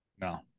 no